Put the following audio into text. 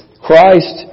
Christ